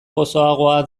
gozoagoa